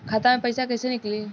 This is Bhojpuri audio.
खाता से पैसा कैसे नीकली?